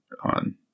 on